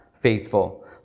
faithful